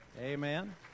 Amen